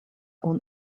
und